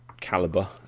calibre